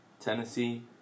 Tennessee